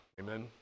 Amen